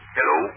Hello